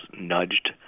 nudged